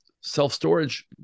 self-storage